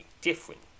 different